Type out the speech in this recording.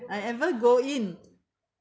I ever go in